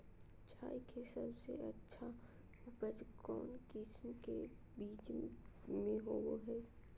चना के सबसे अच्छा उपज कौन किस्म के बीच में होबो हय?